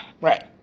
Right